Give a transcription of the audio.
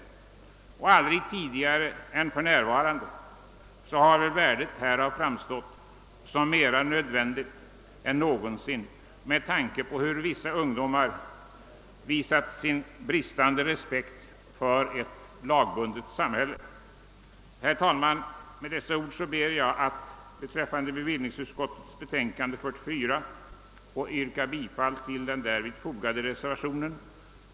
Värdet härav framstår för närvarande klarare än någonsin med tanke på hur vissa ungdomar visat sin bristande respekt för ett lagbundet samhälle. Herr talman! Med dessa ord ber jag att få yrka bifall till den vid bevillningsutskottets betänkande nr 44 fogade reservationen.